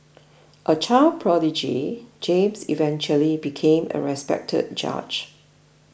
a child prodigy James eventually became a respected judge